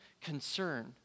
concern